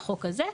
בחוק הזה.